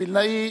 וילנאי,